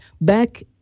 back